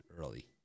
early